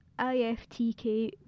IFTK